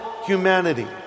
humanity